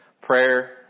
prayer